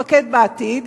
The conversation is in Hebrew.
מפקד בעתיד,